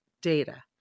data